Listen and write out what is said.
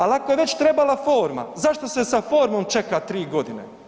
Ali ako je već trebala forma, zašto se sa formom čeka 3 godine?